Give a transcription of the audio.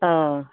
ओ